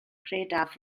credaf